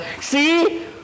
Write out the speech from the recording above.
See